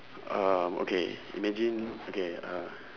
um okay imagine okay uh